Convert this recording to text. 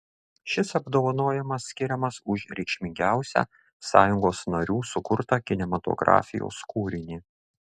šis apdovanojimas skiriamas už reikšmingiausią sąjungos narių sukurtą kinematografijos kūrinį